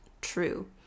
true